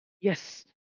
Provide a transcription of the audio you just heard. Yes